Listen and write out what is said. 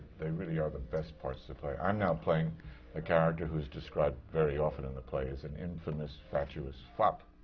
they really are the best parts to play. i'm now playing a character who is described very often in the play as an infamous, fatuous fop.